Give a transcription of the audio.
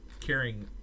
carrying